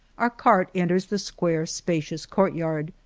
our cart enters the square spacious courtyard,